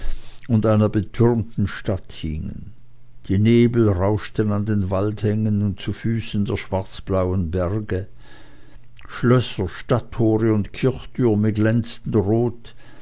und einer betürmten stadt hingen die nebel rauchten an den waldhängen und zu füßen der schwarzblauen berge schlösser stadttore und kirchtürme glänzten rot